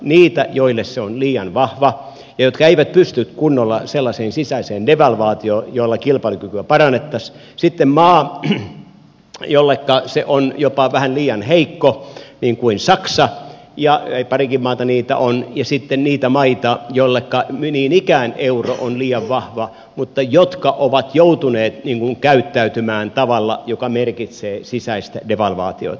niitä joille se on liian vahva ja jotka eivät pysty kunnolla sellaiseen sisäiseen devalvaatioon jolla kilpailukykyä parannettaisiin sitten maa jolle se on jopa vähän liian heikko niin kuin saksa ja parikin maata niitä on ja sitten niitä maita joille niin ikään euro on liian vahva mutta jotka ovat joutuneet käyttäytymään tavalla joka merkitsee sisäistä devalvaatiota